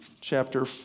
chapter